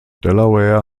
delaware